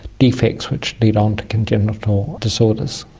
defects which lead on to congenital disorders.